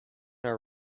are